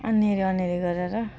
अनि रनहरू गरेर